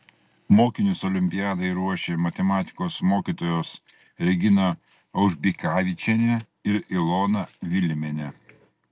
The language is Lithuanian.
mokinius olimpiadai ruošė matematikos mokytojos regina aužbikavičienė ir ilona vilimienė